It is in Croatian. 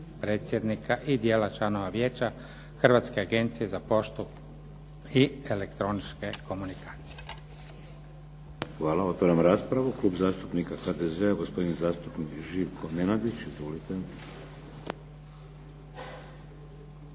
predsjednika i dijela članova Vijeća Hrvatske agencije za poštu i elektroničke komunikacije. **Šeks, Vladimir (HDZ)** Hvala. Otvaram raspravu. Klub zastupnika HDZ-a, gospodin zastupnik Živko Nenadić. Izvolite.